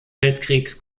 weltkrieg